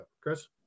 Chris